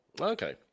Okay